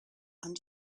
and